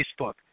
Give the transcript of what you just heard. Facebook